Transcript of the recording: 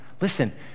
Listen